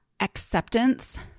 acceptance